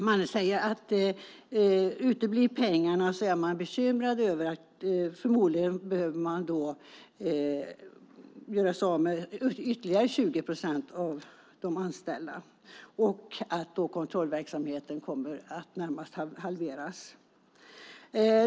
Man säger att om pengarna uteblir behöver man förmodligen göra sig av med ytterligare 20 procent av de anställda, och då kommer kontrollverksamheten närmast att halveras.